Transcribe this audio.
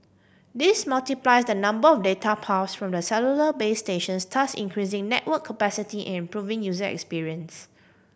this multiplies the number of data paths from the cellular base stations thus increasing network capacity and improving user experience